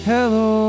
Hello